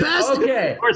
okay